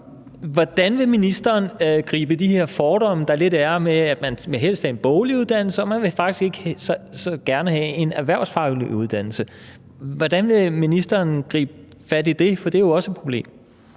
Hvordan vil ministeren gribe de her fordomme, der lidt er, med at det er bedst med en boglig uddannelse og man faktisk ikke så gerne vil have en erhvervsfaglig uddannelse, an? Hvordan vil ministeren gribe fat i det, for det er jo også et problem?